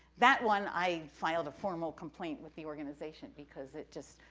that one, i filed a formal complaint with the organization, because it just,